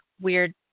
weird